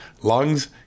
lungs